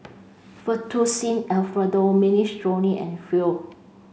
Fettuccine Alfredo Minestrone and Pho